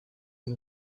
den